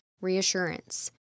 reassurance